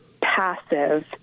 passive